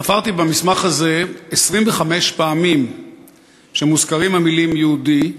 ספרתי במסמך הזה 25 פעמים שבהן מוזכרות המילים "יהודי",